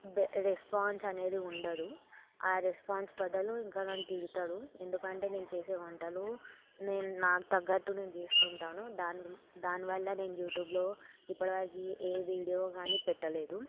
response అనేది ఉండదు ఆ రెస్పాన్స్ బదులు ఇంకా నన్ను తిడతారు ఎందుకంటే నేను చేసే వంటలు నేను నాకు తగ్గట్టు నేను చేసుకుంటాను దాని దాని వల్ల నేను యూట్యూబ్లో ఇప్పటి వరకు ఏ వీడియో గానీ పెట్టలేదు